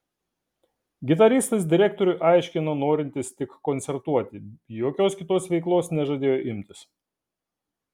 gitaristas direktoriui aiškino norintis tik koncertuoti jokios kitos veiklos nežadėjo imtis